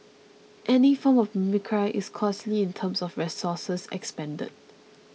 any form of mimicry is costly in terms of resources expended